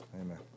Amen